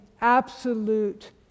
absolute